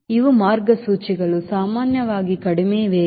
ಇವು ಮಾರ್ಗಸೂಚಿಗಳು ಸಾಮಾನ್ಯವಾಗಿ ಕಡಿಮೆ ವೇಗ